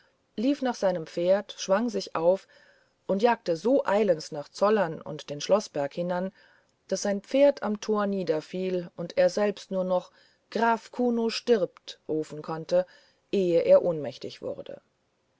lief nach seinem pferd schwang sich auf und jagte so eilends nach zollern und den schloßberg hinan daß sein pferd am tor niederfiel und er selbst nur noch graf kuno stirbt rufen konnte ehe er ohnmächtig wurde